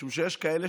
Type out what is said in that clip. משום שיש כאלה